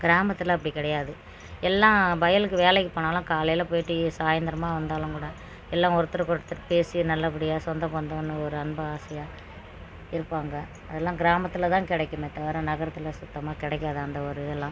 கிராமத்தில் அப்படி கிடையாது எல்லாம் வயலுக்கு வேலைக்கு போனாலும் காலையில் போயிட்டு சாய்ந்திரமா வந்தாலும் கூட எல்லாம் ஒருத்தருக்கு ஒருத்தர் பேசி நல்ல படியாக சொந்தம் பந்தம்னு ஒரு அன்பாக ஆசையாக இருப்பாங்க அதெலாம் கிராமத்தில் தான் கிடைக்குமே தவிர நகரத்தில் சுத்தமாக கிடைக்காது அந்த ஒரு இதெலாம்